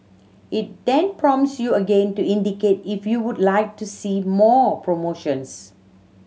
it then prompts you again to indicate if you would like to see more promotions